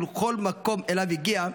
ולכל מקום שאליו הגיע,